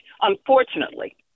unfortunately